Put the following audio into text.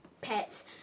pets